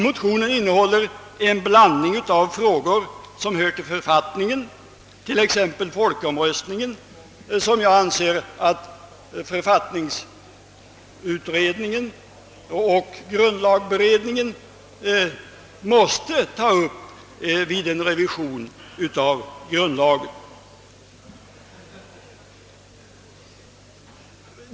Motionen innehåller en blandning av spörsmål som hör till författningen, t.ex. folkomröstningen, och som jag anser att författningsutredningen och grundlagberedningen måste ta upp vid en revision av grundlagen.